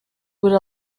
would